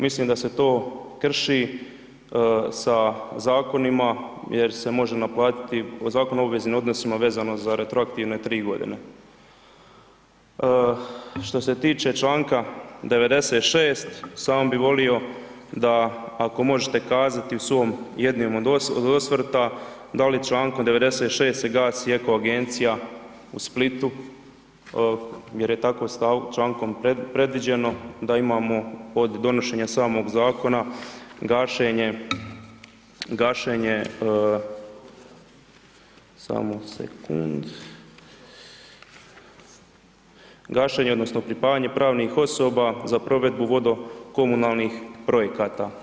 Mislim da se to krši sa zakonima jer se može naplatiti o Zakon o obveznim odnosima vezano za retroaktivne 3.g. Što se tiče čl. 96. samo bi volio da ako možete kazati u svom jednim od osvrta da li Člankom 96. se gasi eko agencija u Splitu jer je tako člankom predviđeno da imamo od donošenja samog zakona gašenje, gašenje, samo sekunda, gašenje odnosno pripajanje pravnih osoba za provedbu vodokomunalnih projekata.